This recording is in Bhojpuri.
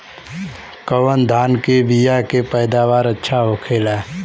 कवन धान के बीया के पैदावार अच्छा होखेला?